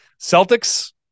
Celtics